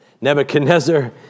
Nebuchadnezzar